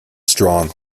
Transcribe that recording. strong